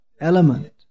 element